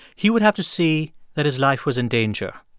he would have to see that his life was in danger,